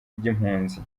ry’impunzi